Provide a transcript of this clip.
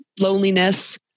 loneliness